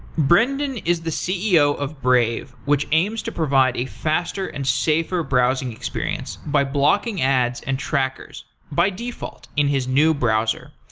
brendan is the ceo of brave, which aims to provide a faster and safer browsing experience by blocking ads and trackers by default in his new browser.